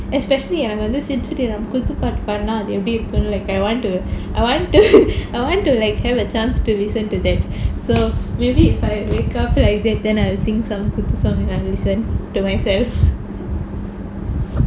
especially எனக்கு வந்து:enakku vanthu sid sriram குத்து பாட்டு பாடுனா எப்டி இருக்கும்:kuthu paatu paadunaa epdi irukkum like I want to I want to like have a chance to listen to them so maybe if I wake up like that then I think some feel குத்து:kuthu song and I listen to myself